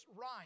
right